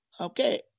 Okay